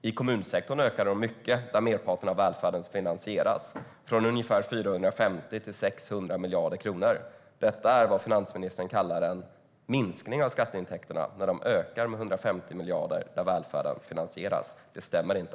I kommunsektorn, där merparten av välfärden finansieras, ökade de mycket - från ungefär 450 till 600 miljarder kronor. Denna ökning med 150 miljarder där välfärden finansieras är vad finansministern kallar en minskning av skatteintäkterna. Det stämmer inte.